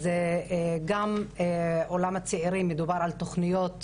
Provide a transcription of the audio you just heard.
אז גם עולם הצעירים מדובר על תוכניות